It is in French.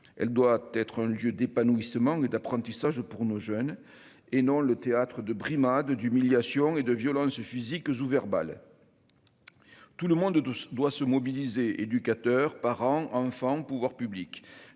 Elle doit être un lieu d'épanouissement et d'apprentissage pour nos jeunes et non le théâtre de brimades, d'humiliations et de violence physique ou verbale. Tout le monde doit se mobiliser, éducateurs, parents, enfants, pouvoirs publics,